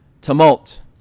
tumult